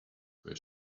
where